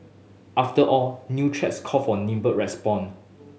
after all new threats call for nimble respond